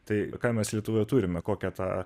tai ką mes lietuvoje turime kokią tą